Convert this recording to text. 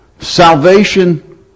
Salvation